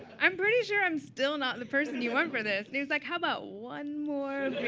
i'm pretty sure i'm still not the person you want for this. and he was like, how about one more